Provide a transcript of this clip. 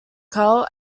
karl